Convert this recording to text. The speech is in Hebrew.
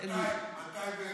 מתי?